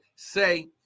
say